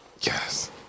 Yes